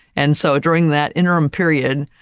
and so, during that interim period,